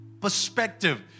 perspective